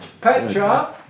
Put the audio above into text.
Petra